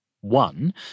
One